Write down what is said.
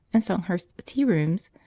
and songhurst's tea rooms,